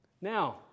Now